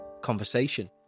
conversation